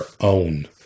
own